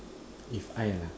if I lah